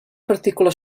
partícula